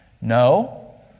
no